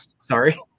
sorry